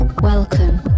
welcome